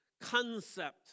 concept